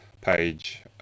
page